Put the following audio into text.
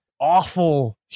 awful